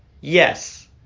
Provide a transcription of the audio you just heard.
yes